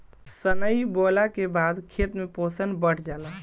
सनइ बोअला के बाद खेत में पोषण बढ़ जाला